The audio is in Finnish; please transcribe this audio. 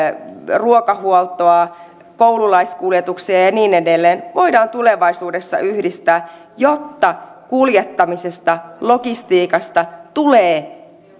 ruokahuoltoa koululaiskuljetuksia ja ja niin edelleen voidaan tulevaisuudessa yhdistää jotta kuljettamisesta logistiikasta tulee